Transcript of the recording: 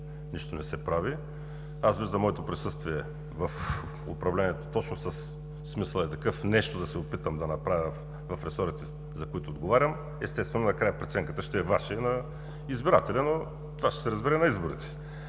нищо не се прави. Виждам моето присъствие в управлението точно със – смисълът е такъв: нещо да се опитам да направя в ресорите, за които отговарям. Естествено, накрая преценката ще е Ваша и на избирателя, но това ще се разбере на изборите.